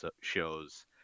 shows